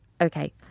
okay